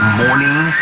morning